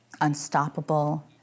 Unstoppable